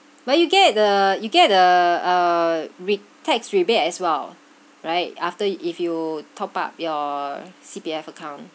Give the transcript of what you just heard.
well you get the you get the uh re~ tax rebate as well right after if you top up your C_P_F account